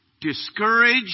discouraged